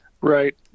Right